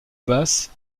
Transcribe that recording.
basses